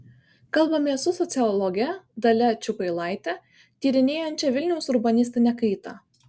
kalbamės su sociologe dalia čiupailaite tyrinėjančia vilniaus urbanistinę kaitą